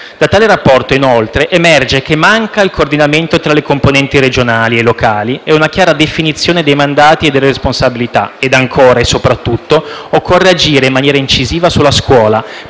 Da tale rapporto, inoltre, emerge la mancanza di coordinamento tra le componenti regionali e locali e di una chiara definizione dei mandati e delle responsabilità. Ancora, e soprattutto, occorre agire in maniera incisiva sulla scuola,